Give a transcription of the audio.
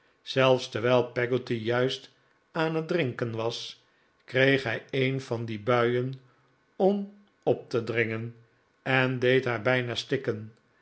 zelfs terwijl peggotty juist aan het drinken was kreeg hij een van die buien om op te dringen en deed haar bijna stikken